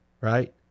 right